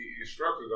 instructors